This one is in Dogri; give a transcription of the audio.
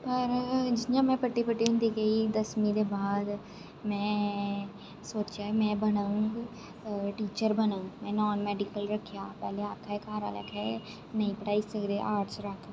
पर जि'यां में बड्डी बड्डी होंदी गेई दसमी दे बाद में सोचआ में बनङ टीचर बनङ में नान मैड़िकल रक्खेआ ते घर आहलें आखेआ जे नेईं पढ़ाई सकदे आर्टस रक्ख